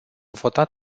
votat